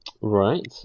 Right